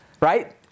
right